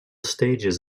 stages